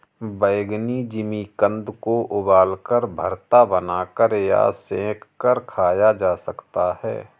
बैंगनी जिमीकंद को उबालकर, भरता बनाकर या सेंक कर खाया जा सकता है